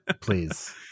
please